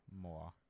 More